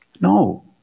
No